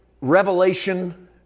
revelation